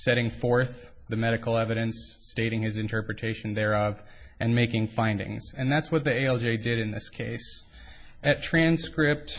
setting forth the medical evidence stating his interpretation thereof and making findings and that's what the l j did in this case at transcript